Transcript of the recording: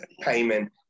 payment